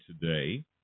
today